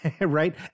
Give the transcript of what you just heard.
Right